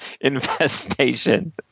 infestation